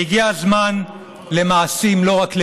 והגיע הזמן למעשים, לא רק למילים.